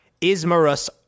Ismarus